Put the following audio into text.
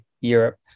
Europe